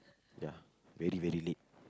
ya very very late